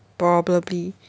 probably